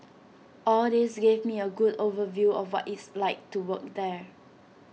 all this gave me A good overview of what it's like to work there